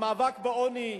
על המאבק בעוני,